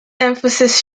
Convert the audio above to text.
emphasis